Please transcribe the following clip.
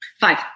Five